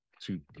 two